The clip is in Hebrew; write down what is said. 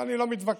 ואני לא מתווכח,